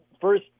First